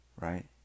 right